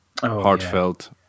heartfelt